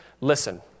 listen